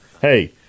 hey